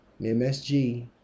msg